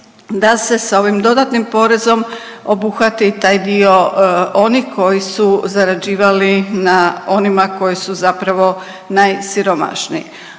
da se sa ovim dodatnim porezom obuhvati taj dio onih koji su zarađivali na onima koji su zapravo najsiromašniji,